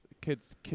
kids